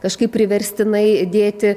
kažkaip priverstinai dėti